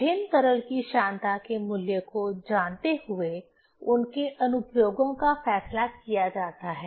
विभिन्न तरल की श्यानता के मूल्य को जानते हुए उनके अनुप्रयोगों का फैसला किया जाता है